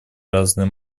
разные